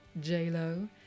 J-Lo